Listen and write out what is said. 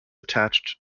attached